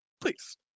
please